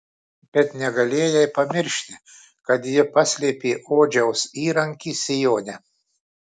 bet negalėjai pamiršti kad ji paslėpė odžiaus įrankį sijone